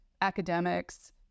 academics